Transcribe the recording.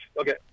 okay